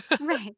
Right